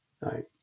right